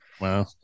Wow